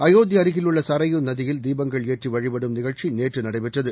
அயோத்தி அருகில் உள்ள சரயூ நதியில் தீபங்கள் ஏற்றி வழிபடும் நிழ்ச்சி நேற்று நடைபெற்றது